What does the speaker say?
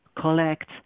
collect